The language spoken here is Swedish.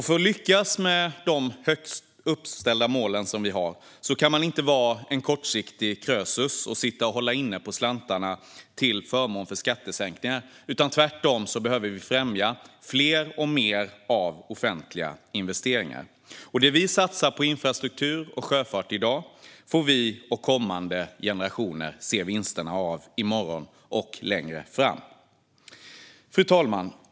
För att lyckas med de högt uppställda mål som vi har kan man inte vara en kortsiktig krösus och sitta och hålla på slantarna till förmån för skattesänkningar. Tvärtom behöver vi främja fler och mer av offentliga investeringar. Det vi satsar på infrastruktur och sjöfart i dag får vi och kommande generationer se vinsterna av i morgon och längre fram. Fru talman!